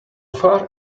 far